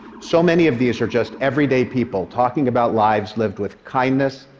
so many of these are just everyday people talking about lives lived with kindness,